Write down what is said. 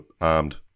armed